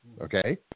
okay